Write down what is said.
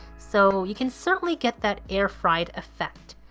so you can certainly get that air-fried effect.